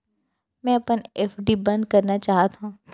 मै अपन एफ.डी बंद करना चाहात हव